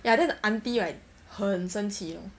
ya then auntie right 很生气 you know